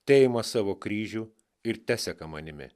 teima savo kryžių ir teseka manimi